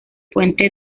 puente